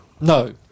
No